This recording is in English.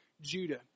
Judah